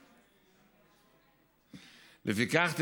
לפיכך,